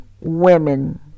women